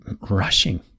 rushing